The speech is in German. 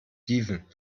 steven